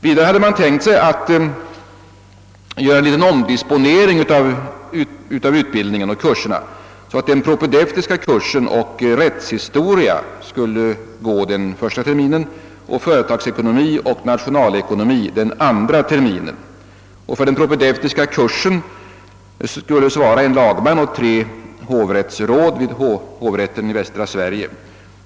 Vidare har man tänkt sig att göra en viss omdisponering av utbildningen och kurserna, så att den propedeutiska kursen och kursen i rättshistoria skulle hållas första terminen samt kurserna i företagsekonomi och nationalekonomi andra terminen. För den propedeutiska kursen skulle svara en lagman och tre hovrättsråd vid hovrätten för västra Sverige.